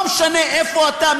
לא משנה איפה אתה,